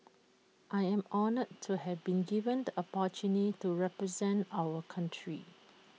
I am honoured to have been given the opportunity to represent our country